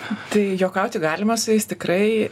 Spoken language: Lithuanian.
tai juokauti galima su jais tikrai